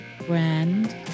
brand